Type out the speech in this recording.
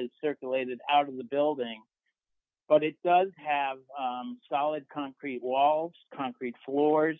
is circulated out of the building but it does have solid concrete walls concrete floors